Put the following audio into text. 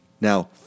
now